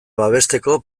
babesteko